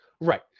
right